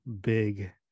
big